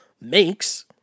makes